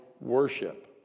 worship